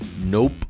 nope